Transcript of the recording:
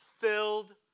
filled